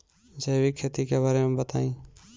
जैविक खेती के बारे में बताइ